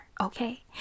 okay